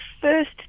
first